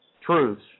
truths